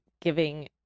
giving